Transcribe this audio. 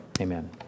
Amen